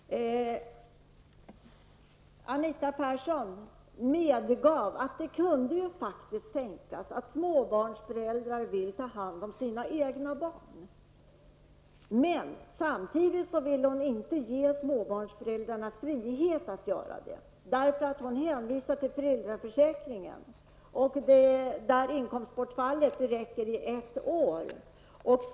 Herr talman! Anita Persson medgav att det faktiskt kunde tänkas att småbarnsföräldrar vill ta hand om sina egna barn. Men samtidigt vill hon inte ge småbarnföräldrarna frihet att göra det. Hon hänvisar till föräldraförsäkringen som täcker inkomstbortfallet under ett år.